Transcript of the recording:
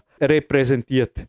repräsentiert